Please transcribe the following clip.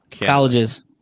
Colleges